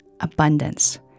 abundance